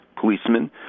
policemen